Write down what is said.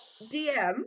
DM